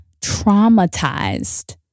traumatized